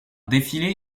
défilé